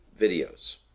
videos